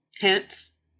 Hence